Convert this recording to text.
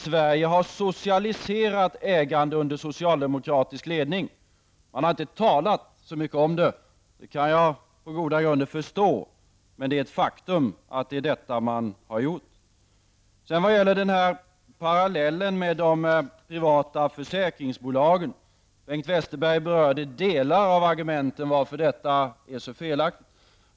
Sverige har socialiserat ägande under socialdemokratisk ledning. Socialdemokraterna har inte talat så mycket om det, vilket jag på goda grunder kan förstå, men det är ett faktum att det är detta som socialdemokraterna har gjort. Bengt Westerberg berörde delar av argumenten mot varför parallellen med de privata försäkringsbolagen är så felaktig.